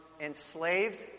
enslaved